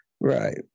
right